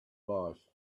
life